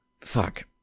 fuck